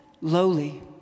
lowly